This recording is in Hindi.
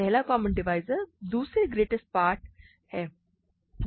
पहला कॉमन डिवाइज़र दूसरा ग्रेटेस्ट पार्ट है